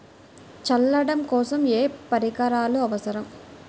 చల్లడం కోసం ఏ పరికరాలు అవసరం?